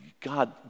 God